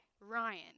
Ryan